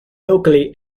locally